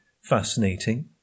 fascinating